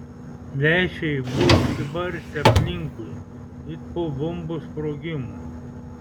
lęšiai buvo išsibarstę aplinkui it po bombos sprogimo